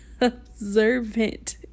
observant